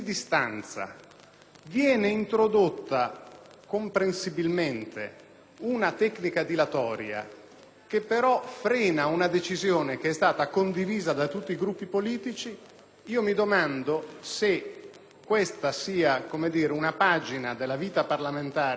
viene introdotta comprensibilmente una tecnica dilatoria, che però frena una decisione che è stata condivisa da tutti i Gruppi politici, mi domando e domando al Parlamento se questa sia una pagina della vita parlamentare che induce